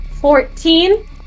fourteen